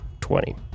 twenty